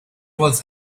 was